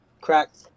cracked